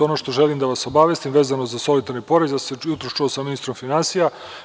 Ono što želim da vas obavestim vezano za solidarni porez, jutros sam se čuo sa ministrom finansija.